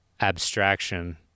abstraction